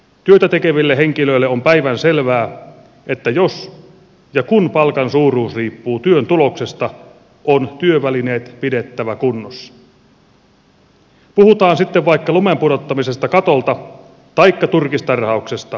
työtä tekeville henkilöille on päivänselvää että jos ja kun palkan suuruus riippuu työn tuloksesta on työvälineet pidettävä kunnossa puhutaan sitten vaikka lumen pudottamisesta katolta taikka turkistarhauksesta